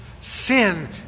Sin